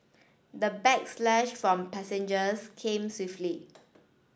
the backslash from passengers came swiftly